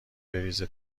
بریزه